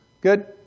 Good